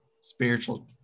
spiritual